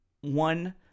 one